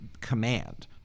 command